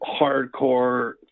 hardcore